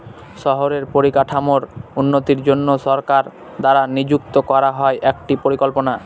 শহরের পরিকাঠামোর উন্নতির জন্য সরকার দ্বারা নিযুক্ত করা হয় একটি পরিকল্পনা